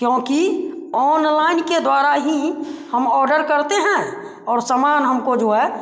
क्योंकि ऑनलाइन के द्वारा ही हम ऑर्डर करते हैं और सामान हमको जो है